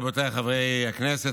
רבותיי חברי הכנסת,